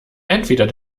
entweder